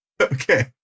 Okay